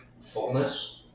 fullness